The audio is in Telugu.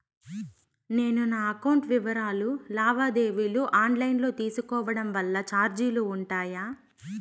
నేను నా అకౌంట్ వివరాలు లావాదేవీలు ఆన్ లైను లో తీసుకోవడం వల్ల చార్జీలు ఉంటాయా?